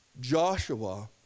Joshua